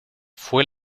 fue